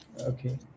Okay